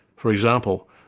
for example,